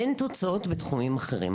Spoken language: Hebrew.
אין תוצאות בתחומים אחרים.